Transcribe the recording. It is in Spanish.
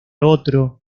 otro